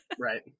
Right